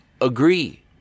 agree